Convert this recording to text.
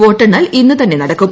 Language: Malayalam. വോട്ടെണ്ണൽ ഇന്ന് തന്നെ നടക്കും